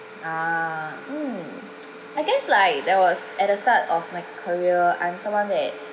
uh mm I guess like that was at the start of my career I'm someone that